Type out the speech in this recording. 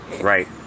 Right